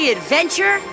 adventure